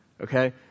okay